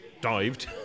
dived